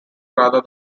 rather